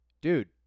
Dude